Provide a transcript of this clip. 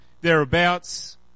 thereabouts